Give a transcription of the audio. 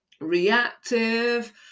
reactive